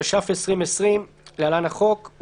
התש"ף 2020 (להלן החוק) ,